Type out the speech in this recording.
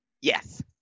Yes